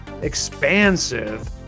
expansive